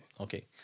Okay